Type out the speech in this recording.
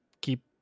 keep